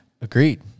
Agreed